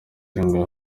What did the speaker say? ingwe